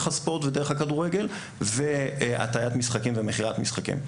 הספורט ודרך הכדורגל והטיית משחקים ומכירתם.